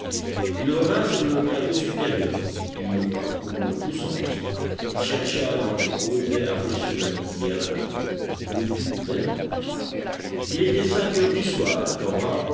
il revint sur le plateau supérieur il le parcourut en tous sens il chercha dans les hautes herbes sur la lisière de la forêt le tout vainement il était cinq heures du soir quand